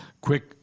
quick –